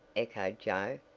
echoed joe,